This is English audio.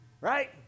Right